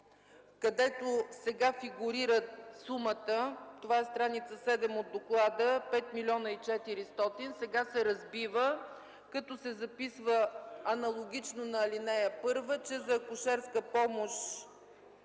където сега фигурира сумата (това е стр. 7 от доклада) 5 милиона 400 хиляди. Сега се разбива, като се записва аналогично на ал. 1, че за акушерска помощ